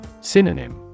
Synonym